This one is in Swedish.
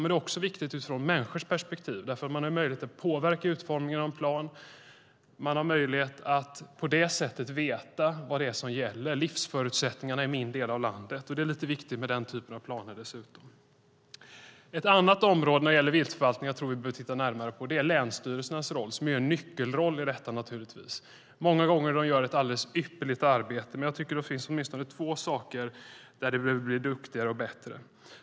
Men det är också viktigt utifrån människors perspektiv därför att man har möjlighet att påverka utformningen av en plan och har på det sättet möjlighet att veta vad som gäller - livsförutsättningarna i min del av landet. Det är lite viktigt med den typen av planer. Ett annat område när det gäller viltförvaltningen som jag tror att vi behöver titta närmare på är länsstyrelsernas roll. Länsstyrelserna har naturligtvis en nyckelroll i detta. Många gånger gör de ett alldeles ypperligt arbete. Men jag tycker att det finns åtminstone två saker där de behöver bli duktigare och bättre.